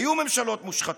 היו ממשלות מושחתות,